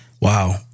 Wow